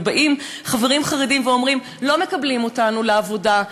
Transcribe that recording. באים חברים חרדים ואומרים: לא מקבלים אותנו לעבודה,